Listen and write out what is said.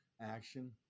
action